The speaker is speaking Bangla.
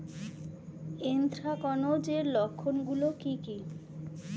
এ্যানথ্রাকনোজ এর লক্ষণ গুলো কি কি?